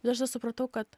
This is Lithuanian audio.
bet aš nesupratau kad